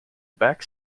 back